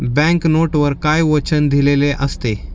Bank नोटवर काय वचन दिलेले असते?